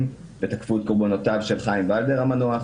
ותקפו את קורבנותיו של חיים ולדר המנוח.